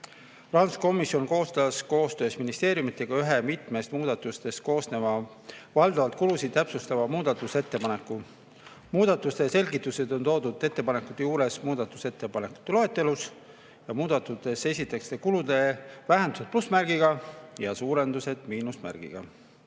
laekunud. Rahanduskomisjon koostas koostöös ministeeriumidega ühe mitmest muudatusest koosneva ja valdavalt kulusid täpsustava muudatusettepaneku. Muudatuste selgitused on toodud ettepanekute juures muudatusettepanekute loetelus. Muudatustes esitatakse kulude vähendused plussmärgiga ja suurendused miinusmärgiga. Komisjon